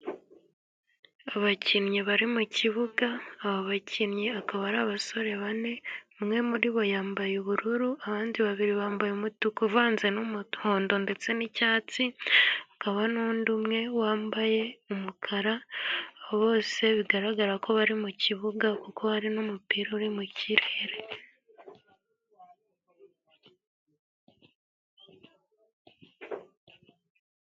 Abakinnyi bari mu kibuga. Aba bakinnyi akaba ari abasore bane, umwe muri bo yambaye ubururu, abandi babiri bambaye umutuku uvanze n’umuhondo ndetse n’icyatsi. Hakaba n’undi umwe wambaye umukara. Bose bigaragara ko bari mu kibuga, kuko hari n’umupira uri mu kirere.